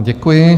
Děkuji.